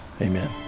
amen